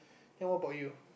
then what about you